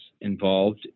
involved